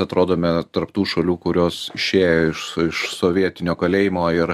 atrodome tarp tų šalių kurios išėjo iš iš sovietinio kalėjimo ir